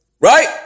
Right